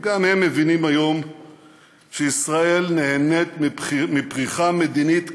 גם הם מבינים היום שישראל נהנית מפריחה מדינית כבירה,